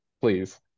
please